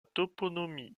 toponymie